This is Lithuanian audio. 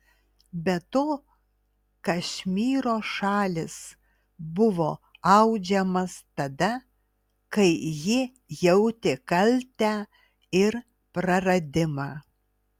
be to kašmyro šalis buvo audžiamas tada kai ji jautė kaltę ir praradimą